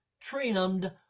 trimmed